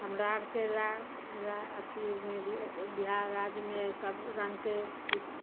हमरा आरके रा अथी मे बिहार राज्यमे सभरङ्गके